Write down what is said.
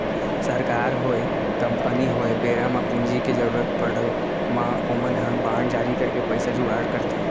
सरकार होय, कंपनी होय बेरा म पूंजी के जरुरत पड़े म ओमन ह बांड जारी करके पइसा जुगाड़ करथे